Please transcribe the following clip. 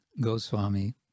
Goswami